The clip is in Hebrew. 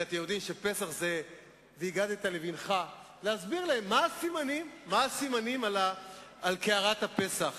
אתם יודעים שפסח זה "והגדת לבנך" מה הסימנים שעל קערת הפסח.